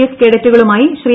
S കേഡറ്റുകളുമായി ശ്രീ